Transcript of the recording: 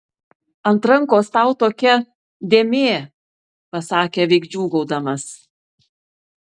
ant rankos tau tokia dėmė pasakė veik džiūgaudamas